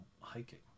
hiking